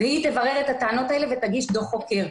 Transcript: והיא תברר את הטענות האלה ותגיש דוח חוקר.